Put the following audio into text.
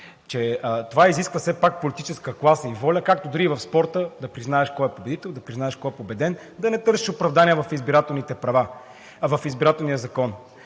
че това изисква все пак политическа класа и воля, както дори и в спорта, да признаеш кой е победител, да признаеш кой е победен, да не търсиш оправдания в избирателния закон.